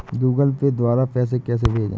Google Pay द्वारा पैसे कैसे भेजें?